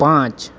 पाँच